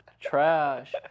Trash